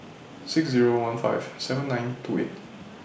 six Zero one five seven nine two eight